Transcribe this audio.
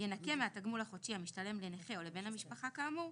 ינכה מהתגמול החודשי המשתלם לנכה או לבן המשפחה כאמור,